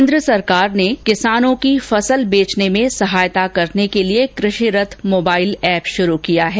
केन्द्र सरकार ने किसानों की फसल बेचने में सहायता करने के लिए कृषि रथ मोबाइल एप शुरू किया है